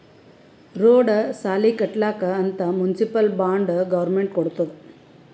road, ಸಾಲಿ ಕಟ್ಲಕ್ ಅಂತ್ ಮುನ್ಸಿಪಲ್ ಬಾಂಡ್ ಗೌರ್ಮೆಂಟ್ ಕೊಡ್ತುದ್